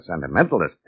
sentimentalist